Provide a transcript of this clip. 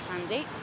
Andy